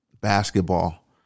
basketball